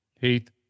Heath